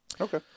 Okay